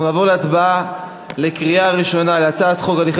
אנחנו נעבור להצבעה בקריאה ראשונה על הצעת חוק הליכי